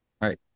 Right